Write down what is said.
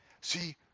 See